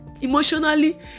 Emotionally